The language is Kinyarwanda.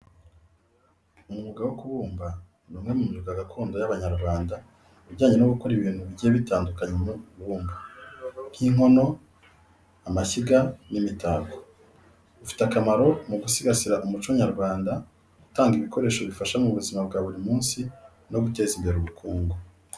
Umwuga wo kubumba ni umwe mu myuga gakondo y’Abanyarwanda ujyanye no gukora ibintu bigiye bitandukanye mu ibumba, nk’inkono, amashyiga, n’imitako. Ufite akamaro mu gusigasira umuco nyarwanda, gutanga ibikoresho bifasha mu buzima bwa buri munsi, no guteza imbere ubukungu.